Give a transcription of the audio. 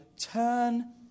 turn